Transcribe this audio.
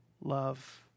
Love